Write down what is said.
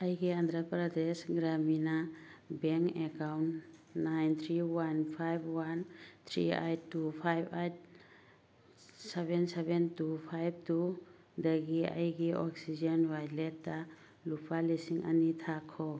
ꯑꯩꯒꯤ Andhra Pradesh Grameena bank account nine three one five one three eight two five eight seven seven two five two ꯗꯒꯤ ꯑꯩꯒꯤ oxygen ꯋꯥꯜꯂꯦꯠꯇ ꯂꯨꯄꯥ ꯂꯤꯁꯤꯡ ꯑꯅꯤ ꯊꯥꯈꯣ